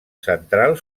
central